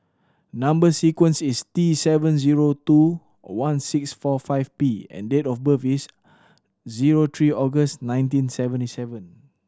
number sequence is T seven zero two one six four five P and date of birth is zero three August nineteen seventy seven